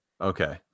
Okay